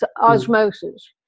osmosis